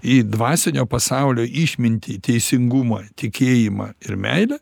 į dvasinio pasaulio išmintį teisingumą tikėjimą ir meilę